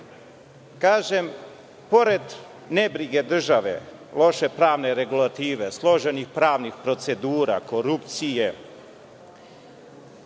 kažem, pored nebrige države, loše pravne regulative, složenih pravnih procedura, korupcije,